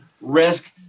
risk